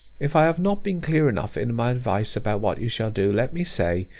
if i have not been clear enough in my advice about what you shall do, let me say,